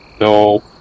No